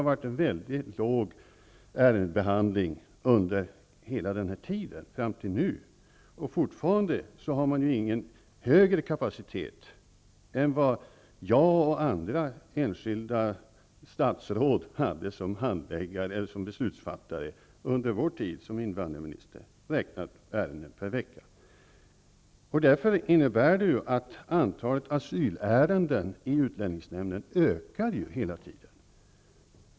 Omfattningen av ärendebehandlingen har varit låg ända fram till nu. Det finns fortfarande inte någon högre kapacitet, räknat på ärende per vecka, än vad som förekom under min och andra enskilda statsråds tid som invandrarminister. Antalet asylärenden i utlänningsnämnden ökar hela tiden.